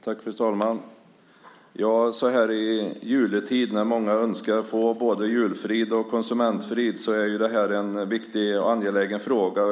Fru talman! Så här i juletid, när många önskar få både julfrid och konsumentfrid, är detta en angelägen fråga.